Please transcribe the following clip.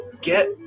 get